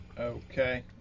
Okay